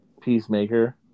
Peacemaker